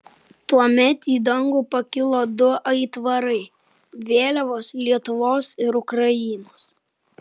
tuomet į dangų pakilo du aitvarai vėliavos lietuvos ir ukrainos